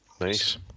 Nice